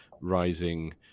rising